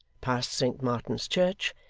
past saint martin's church,